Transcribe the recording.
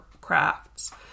crafts